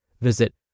Visit